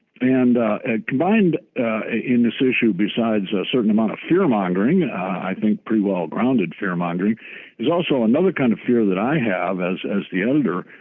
and combined in this issue, besides a certain amount of fear mongering i think pretty well-grounded fear mongering is also another kind of fear that i have as as the editor,